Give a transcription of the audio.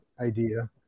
idea